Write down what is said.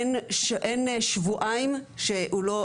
אין שבועיים שהוא לא,